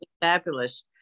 fabulous